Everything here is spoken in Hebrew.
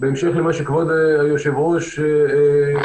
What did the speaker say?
בהמשך למה שכבוד היושב-ראש מבין,